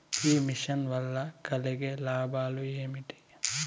ఈ మిషన్ వల్ల కలిగే లాభాలు ఏమిటి?